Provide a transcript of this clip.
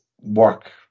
work